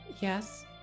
Yes